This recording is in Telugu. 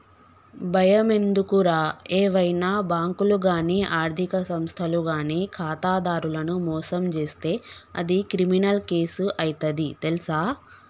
బయమెందుకురా ఏవైనా బాంకులు గానీ ఆర్థిక సంస్థలు గానీ ఖాతాదారులను మోసం జేస్తే అది క్రిమినల్ కేసు అయితది తెల్సా